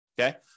okay